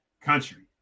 country